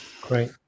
Great